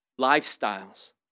lifestyles